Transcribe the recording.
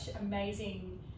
amazing